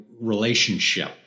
relationship